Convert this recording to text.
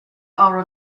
are